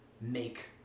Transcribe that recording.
make